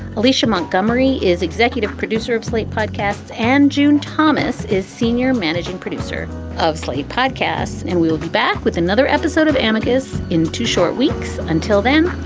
alicia montgomery is executive producer of slate podcasts. and june thomas is senior managing producer of slate podcasts and we will be back with another episode of amicus. in two short weeks. until then,